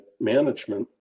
management